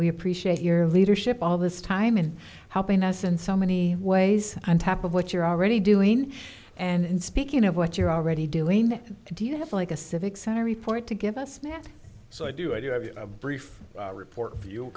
we appreciate your leadership all this time and helping us in so many ways on top of what you're already doing and speaking of what you're already doing do you have like a civic center report to give us so i do i do have a brief report